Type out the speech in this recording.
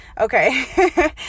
Okay